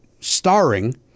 starring